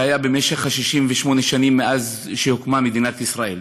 שהיה במשך 68 השנים מאז הקמת מדינת ישראל.